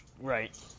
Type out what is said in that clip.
right